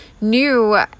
new